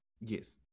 Yes